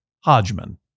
Hodgman